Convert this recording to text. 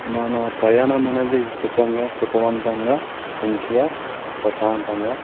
మన ప్రయాణం అనేది సుఖంగా సుఖవంతంగా మంచిగా ప్రశాంతంగా